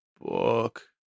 book